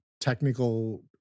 technical